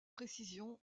précision